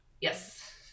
yes